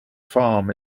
farm